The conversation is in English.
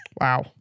Wow